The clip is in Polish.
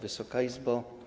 Wysoka Izbo!